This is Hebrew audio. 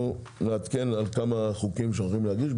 ונעדכן על כמה חוקים שאנחנו הולכים להגיש,